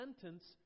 sentence